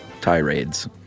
tirades